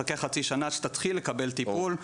חכה חצי שנה עד שתתחיל לקבל טיפול.